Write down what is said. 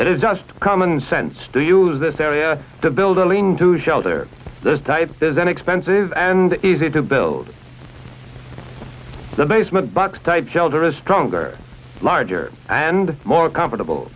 it is just common sense to use this area to build a lean to shelter there's inexpensive and easy to build the basement box type shelter is stronger larger and more comfortable